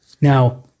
Now